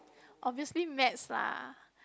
obviously maths lah